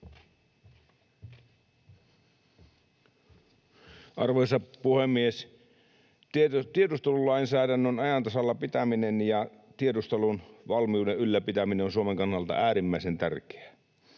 Arvoisa puhemies! Tiedustelulainsäädännön ajan tasalla pitäminen ja tiedustelun valmiuden ylläpitäminen on Suomen kannalta äärimmäisen tärkeää.